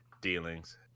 dealings